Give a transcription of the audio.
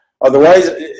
Otherwise